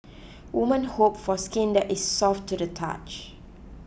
women hope for skin that is soft to the touch